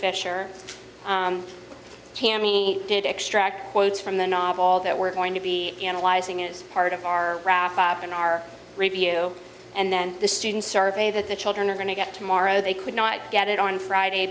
fisher tammy did extract quotes from the novel all that we're going to be analyzing is part of our in our review and then the student survey that the children are going to get tomorrow they could not get it on friday